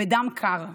בדם קר.